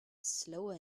slower